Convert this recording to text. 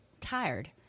tired